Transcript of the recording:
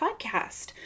Podcast